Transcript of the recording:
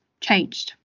changed